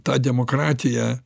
tą demokratiją